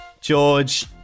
george